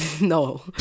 No